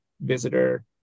visitor